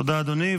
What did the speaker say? תודה, אדוני.